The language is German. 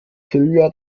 silvia